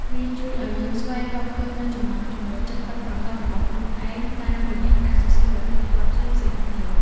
វាជួយឱ្យយើងស្វែងរកឃើញនូវចំណង់ចំណូលចិត្តពិតប្រាកដរបស់ខ្លួនឯង តាមរយៈការសរសេរប្រធានបទផ្សេងៗគ្នា។